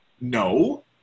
no